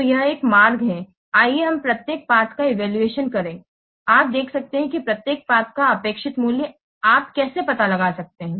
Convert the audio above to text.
तो यह एक मार्ग है आइए हम प्रत्येक पाथ का इवैल्यूएशन करें आप देख सकते हैं कि प्रत्येक पाथ का अपेक्षित मूल्य आप कैसे पता लगा सकते हैं